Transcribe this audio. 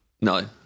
No